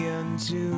unto